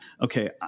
okay